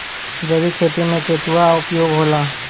जैविक खेती मे केचुआ का उपयोग होला?